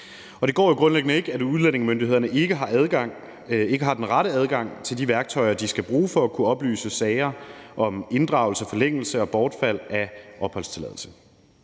Det går jo grundlæggende ikke, at udlændingemyndighederne ikke har den rette adgang til de værktøjer, de skal bruge for at kunne oplyse sager om inddragelse, forlængelse og bortfald af opholdstilladelse.